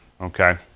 Okay